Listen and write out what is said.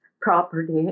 property